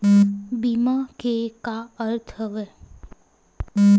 बीमा के का अर्थ हवय?